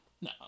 No